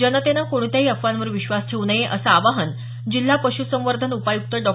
जनतेनं कोणत्याही अफवांवर विश्वास ठेवू नये असं आवाहन जिल्हा पशुसंवर्धन उपायुक्त डॉ